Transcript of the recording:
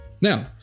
Now